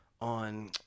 on